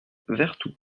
vertou